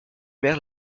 mère